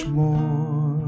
more